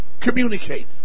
communicate